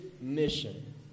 mission